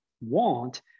want